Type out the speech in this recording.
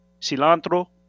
cilantro